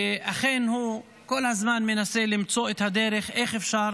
שאכן הוא כל הזמן מנסה למצוא את הדרך איך אפשר